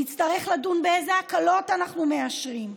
נצטרך לדון אילו הקלות אנחנו מאשרים,